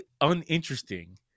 uninteresting